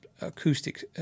acoustic